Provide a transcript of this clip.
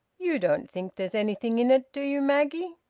you don't think there's anything in it, do you, maggie?